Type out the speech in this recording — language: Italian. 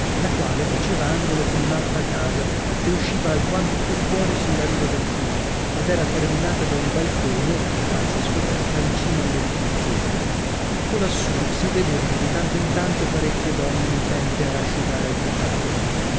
la quale faceva angolo con un'altra casa che usciva alquanto più fuori sulla riva del fiume ed era terminata da un balcone o terrazza scoperta in cima all'edifizio colassù si vedevano di tanto in tanto parecchie donne intente a rasciugare il bucato